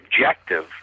objective